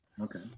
Okay